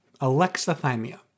Alexithymia